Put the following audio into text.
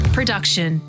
Production